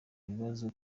bibazo